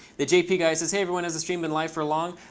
the jp guy says, hey, everyone, has the stream been live for long?